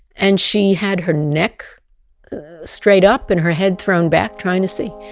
and she had her neck straight up and her head thrown back trying to see.